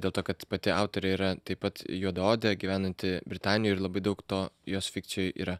dėl to kad pati autorė yra taip pat juodaodė gyvenanti britanijoj ir labai daug to jos fikcijoj yra